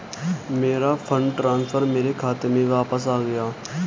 मेरा fund transfer मेरे खाते में वापस आ गया है